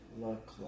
look